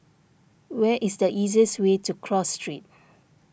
where is the easiest way to Cross Street